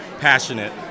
passionate